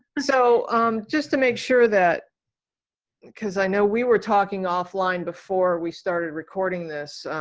so just to make sure that because i know we were talking offline before we started recording this